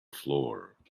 floor